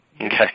Okay